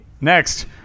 Next